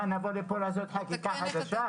נבוא לחוקק חקיקה חדשה?